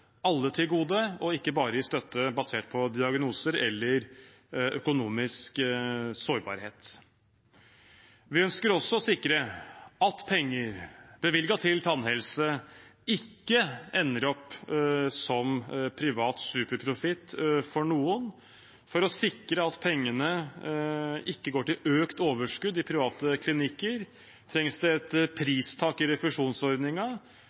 alle til gode og ikke bare gi støtte basert på diagnoser eller økonomisk sårbarhet. Vi ønsker også å sikre at penger bevilget til tannhelse, ikke ender opp som privat superprofitt for noen. For å sikre at pengene ikke går til økt overskudd i private klinikker, trengs det et